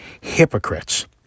hypocrites